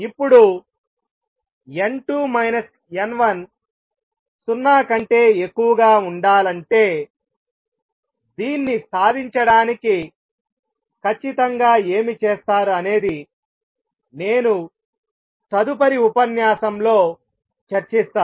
ఇప్పుడు n2 n1 సున్నా కంటే ఎక్కువ గా ఉండాలంటే ఖచ్చితంగా ఏమి చేస్తారు అనేది నేను తదుపరి ఉపన్యాసంలో చర్చిస్తాను